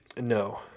No